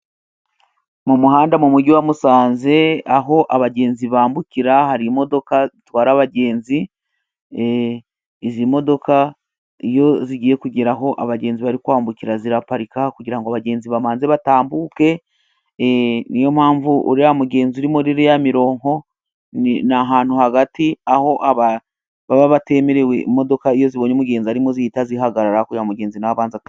Mu muhanda mu mujyi wa Musanze aho abagenzi bambukira, hari imodoka zitwara abagenzi. Izi modoka iyo zigiye kugera aho abagenzi bambukira, ziraparika kugira ngo abagenzi babanze batambuke. Niyo mpamvu uriya mugenzi uri muri iriya mirongo ni ahantu hagati aho baba batemerewe, imodoka iyo zibonye umugenzi arimo zihita zihagarara, kugira ngo umugenzi na we abanze atambuke.